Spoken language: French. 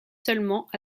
seulement